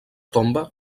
tomba